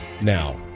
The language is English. now